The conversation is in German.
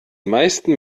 meisten